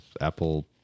apple